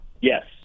Yes